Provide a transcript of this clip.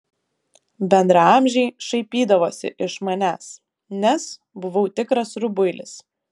bendraamžiai šaipydavosi iš manęs nes buvau tikras rubuilis